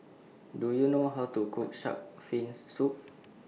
Do YOU know How to Cook Shark's Fins Soup